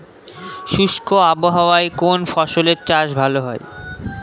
শুষ্ক আবহাওয়ায় কোন ফসলের চাষ ভালো হয়?